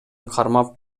кармап